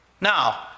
Now